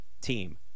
team